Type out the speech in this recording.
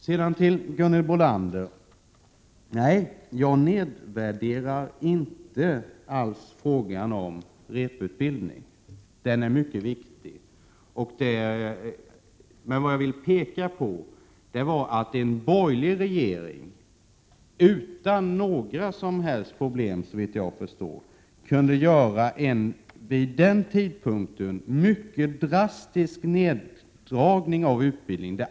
Sedan till Gunhild Bolander: Nej, jag nedvärderar inte alls frågan om repetitionsutbildningen; den är mycket viktig. Vad jag vill peka på är att en borgerlig regering utan några som helst problem, såvitt jag förstår, kunde göra en vid den tidpunkten mycket drastisk neddragning av utbildningen.